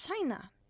china